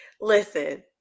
Listen